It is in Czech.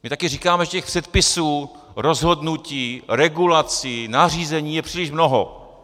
My taky říkáme, že těch předpisů, rozhodnutí, regulací, nařízení je příliš mnoho.